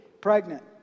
pregnant